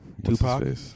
Tupac